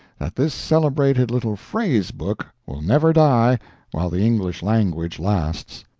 that this celebrated little phrase-book will never die while the english language lasts.